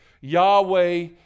Yahweh